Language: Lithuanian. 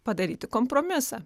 padaryti kompromisą